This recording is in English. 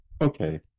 okay